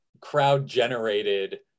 crowd-generated